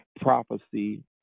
prophecy